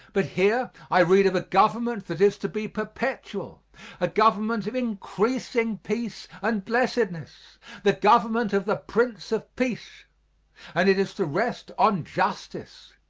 but here i read of a government that is to be perpetual a government of increasing peace and blessedness the government of the prince of peace and it is to rest on justice.